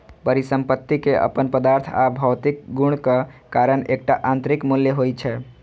परिसंपत्ति के अपन पदार्थ आ भौतिक गुणक कारण एकटा आंतरिक मूल्य होइ छै